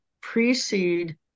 precede